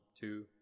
two